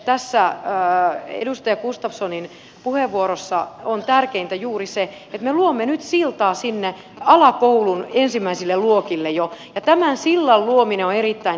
tässä edustaja gustafssonin puheenvuorossa on tärkeintä juuri se että me luomme nyt siltaa sinne alakoulun ensimmäisille luokille jo ja tämän sillan luominen on erittäin tärkeätä